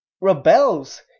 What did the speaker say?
rebels